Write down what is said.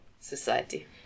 Society